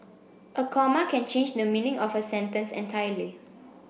a comma can change the meaning of a sentence entirely